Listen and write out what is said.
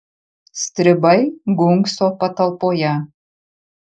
stribai gunkso patalpoje